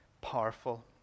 powerful